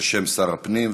בשם שר הפנים.